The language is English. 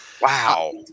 Wow